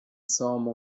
sainte